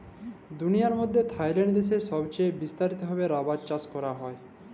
দুলিয়ার মইধ্যে থাইল্যান্ড দ্যাশে ছবচাঁয়ে বিস্তারিত ভাবে রাবার চাষ ক্যরা হ্যয়